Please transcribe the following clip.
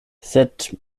sed